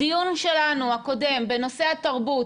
הדיון שלנו הקודם בנושא התרבות,